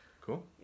Cool